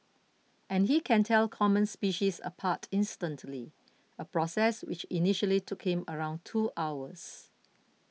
and he can tell common species apart instantly a process which initially took him around two hours